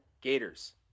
Gators